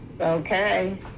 Okay